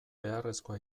beharrezkoa